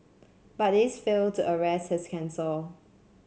but these failed to arrest his cancer